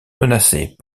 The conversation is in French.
menacées